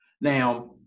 now